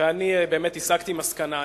ואני באמת הסקתי מסקנה.